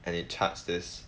and it charts this